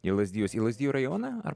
į lazdijus į lazdijų rajoną ar